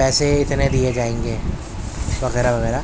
پیسے اتنے دیئے جائیں گے وغیرہ وغیرہ